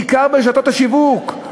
בעיקר ברשתות השיווק,